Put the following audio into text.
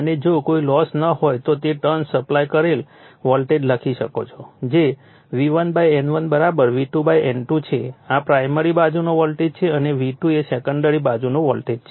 અને જો કોઈ લોસ ન હોય તો તે ટર્ન સપ્લાય કરેલ વોલ્ટેજ લખી શકો છો જે V1 N1 V2 N2 છે આ પ્રાઇમરી બાજુનો વોલ્ટેજ છે અને V2 એ સેકન્ડરી બાજુનો વોલ્ટેજ છે